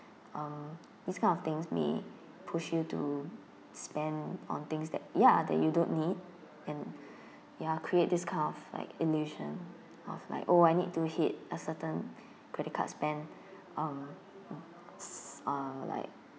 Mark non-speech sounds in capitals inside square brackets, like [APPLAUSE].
uh this kind of things may push you to spend on things that ya that you don't need and [BREATH] ya create this kind of like illusion of like oh I need to hit a certain [BREATH] credit card spend [BREATH] uh s~ uh like